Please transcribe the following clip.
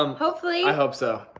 um hopefully. i hope so.